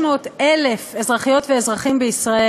ל-300,000 אזרחיות ואזרחים בישראל.